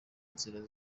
nzira